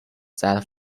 that